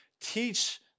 teach